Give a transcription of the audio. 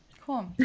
Cool